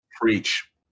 Preach